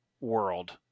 world